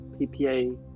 PPA